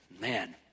man